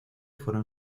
fueron